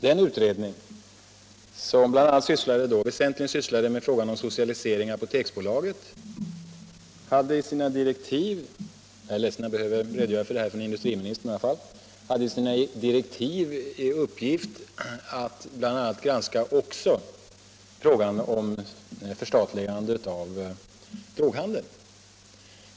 Den utredning som väsentligen sysslade med frågan om en socialisering av apoteken hade i sina direktiv — jag är ledsen att behöva redogöra för det här inför industriministern — bl.a. uppgiften att granska även frågan om förstatligandet av droghandeln.